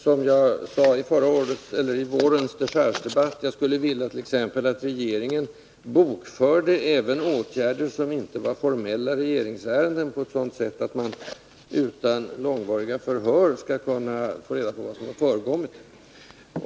Som jag sade i vårens dechargedebatt skulle jag t.ex. vilja att regeringen bokförde även åtgärder som inte är formella regeringsärenden på ett sådant sätt, att man utan långa förhör kan få reda på vad som har förevarit.